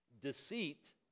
Deceit